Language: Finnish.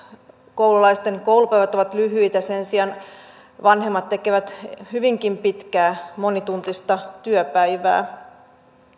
koululaisten koulupäivät ovat lyhyitä sen sijaan vanhemmat tekevät hyvinkin pitkää monituntista työpäivää